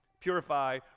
Purify